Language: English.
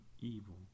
evil